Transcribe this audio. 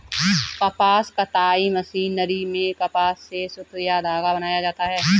कपास कताई मशीनरी में कपास से सुत या धागा बनाया जाता है